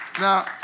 now